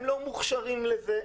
הם לא מוכשרים לזה,